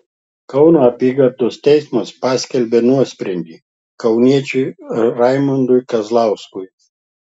kauno apygardos teismas paskelbė nuosprendį kauniečiui raimondui kazlauskui